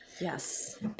Yes